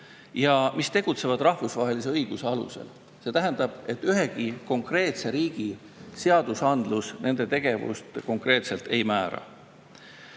ja mis tegutsevad rahvusvahelise õiguse alusel. See tähendab, et ühegi konkreetse riigi seadusandlus nende tegevust konkreetselt ei määra.